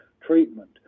treatment